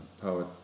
poet